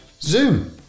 Zoom